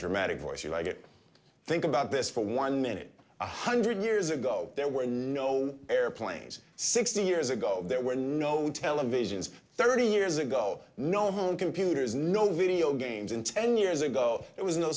dramatic voice you like it think about this for one minute one hundred years ago there were no airplanes sixty years ago there were no televisions thirty years ago no home computers no video games in ten years ago it was no